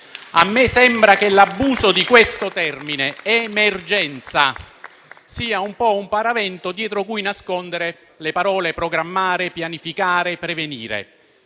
A me sembra che l'abuso di questo termine sia un po' un paravento dietro cui nascondere le parole "programmare", "pianificare" e "prevenire".